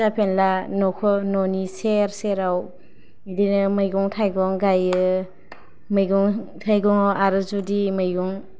फिसा फेनला नखर न'नि सेर सेराव बिदिनो मैगं थाइगं गायो मैगं थाइगं आरो जुदि मैगं